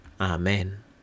Amen